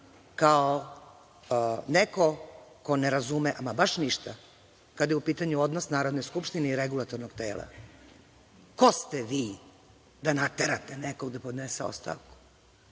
kao neko ko ne razume ama baš ništa kada je u pitanju odnos Narodne skupštine i regulatornog tela. Ko ste vi da naterate nekoga da podnese ostavku?